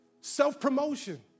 Self-promotion